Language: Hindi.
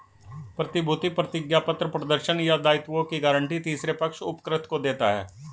प्रतिभूति प्रतिज्ञापत्र प्रदर्शन या दायित्वों की गारंटी तीसरे पक्ष उपकृत को देता है